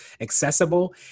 accessible